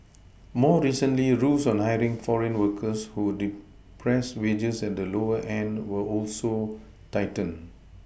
more recently rules on hiring foreign workers who depress wages at the lower end were also tightened